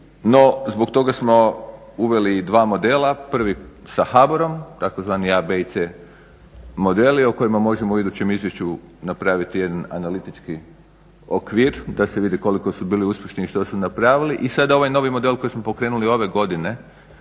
no zbog toga smo uveli dva modela, prvi sa HABOR-om, tzv. a, b i c modeli o kojima možemo u idućem izvješću napraviti jedan analitički okvir da se vidi koliko su bili uspješni i što su napravili i sada ovaj novi model koji smo pokrenuli ove godine